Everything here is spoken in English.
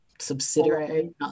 subsidiary